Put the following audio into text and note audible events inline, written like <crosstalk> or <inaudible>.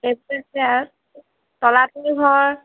<unintelligible> তলাতল ঘৰ